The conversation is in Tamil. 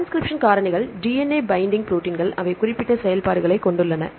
டிரான்ஸ்கிரிப்ஷன் காரணிகள் DNA பைண்டிங் ப்ரோடீன்கள் அவை குறிப்பிட்ட செயல்பாடுகளைக் கொண்டுள்ளன